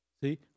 See